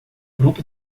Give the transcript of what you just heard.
grupo